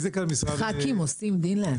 ח"כים עושים דין לעצמן?